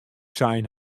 sein